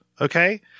okay